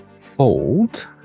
fold